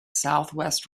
southwest